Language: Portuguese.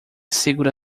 segura